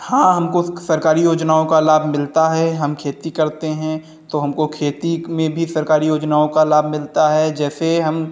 हाँ हमको सरकारी योजनाओं का लाभ मिलता है हम खेती करते हैं तो हमको खेती में भी सरकारी योजनाओं का लाभ मिलता है जैसे हम